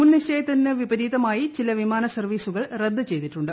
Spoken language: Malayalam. മുൻ നിശ്ചയത്തിന് പ്രിപരീതമായി ചില വിമാന സർവ്വീസുകൾ റദ്ദ് ചെയ്തിട്ടുണ്ട്